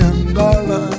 Angola